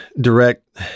direct